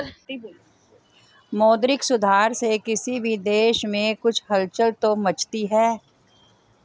मौद्रिक सुधार से किसी भी देश में कुछ हलचल तो मचती है